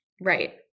Right